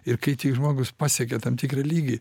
ir kai tik žmogus pasiekia tam tikrą lygį